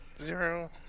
Zero